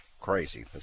crazy